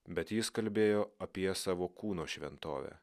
bet jis kalbėjo apie savo kūno šventovę